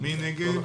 מי נגד?